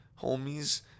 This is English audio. homies